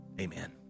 Amen